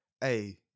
hey